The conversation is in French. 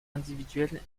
individuelle